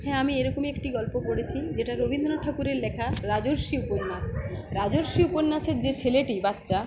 হ্যাঁ আমি এরকমই একটি গল্প পড়েছি যেটা রবীন্দ্রনাথ ঠাকুরের লেখা রাজর্ষি উপন্যাস রাজর্ষি উপন্যাসের যে ছেলেটি বাচ্চা